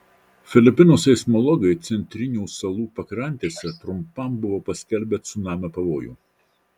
filipinų seismologai centrinių salų pakrantėse trumpam buvo paskelbę cunamio pavojų